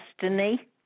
destiny